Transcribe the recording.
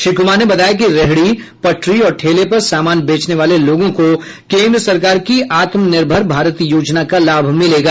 श्री कुमार ने बताया कि रेहड़ी पटरी और ठेले पर सामान बेचने वाले लोगों को केन्द्र सरकार की आत्मनिर्भर भारत योजना का लाभ मिलेगा